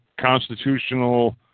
constitutional